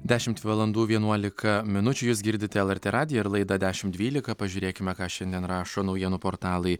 dešimt valandų vienuolika minučių jūs girdite lrt radiją ir laidą dešim dvylika pažiūrėkime ką šiandien rašo naujienų portalai